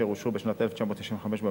אשר אושרו בשנת 1995 בממשלה,